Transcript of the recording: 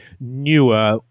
newer